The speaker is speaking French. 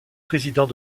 président